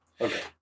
Okay